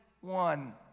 one